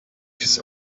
his